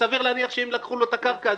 שסביר להניח שאם לקחו לו את הקרקע,